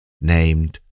named